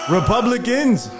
Republicans